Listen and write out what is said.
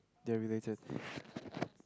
they're related